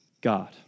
God